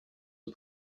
are